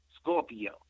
Scorpio